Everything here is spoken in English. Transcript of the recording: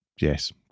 Yes